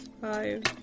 Five